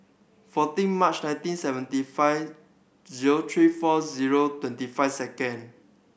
fourteen March nineteen seventy five zero three four zero twenty five second